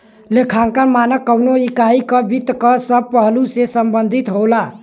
लेखांकन मानक कउनो इकाई क वित्त क सब पहलु से संबंधित होला